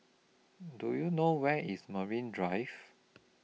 Do YOU know Where IS Marine Drive